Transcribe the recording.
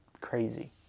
crazy